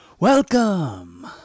Welcome